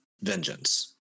vengeance